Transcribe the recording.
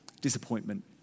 disappointment